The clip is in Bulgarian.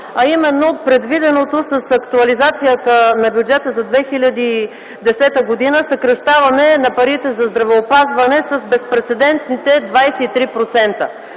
а именно предвиденото с актуализацията на бюджета за 2010 г. съкращаване на парите за здравеопазване с безпрецедентните 23%.